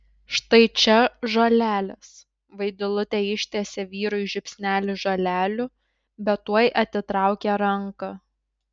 štai čia žolelės vaidilutė ištiesė vyrui žiupsnelį žolelių bet tuoj atitraukė ranką